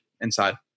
Inside